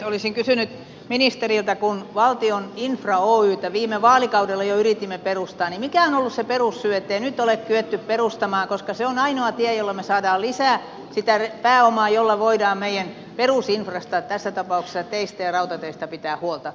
olisin kysynyt ministeriltä kun valtion infra oytä viime vaalikaudella jo yritimme perustaa että mikä on ollut se perussyy ettei nyt ole kyetty perustamaan koska se on ainoa tie jolla me saamme lisää sitä pääomaa jolla voidaan meidän perusinfrasta tässä tapauksessa teistä ja rautateistä pitää huolta